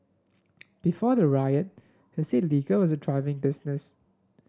before the riot he said liquor was a thriving business